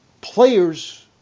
players